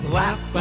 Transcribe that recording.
laugh